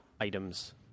items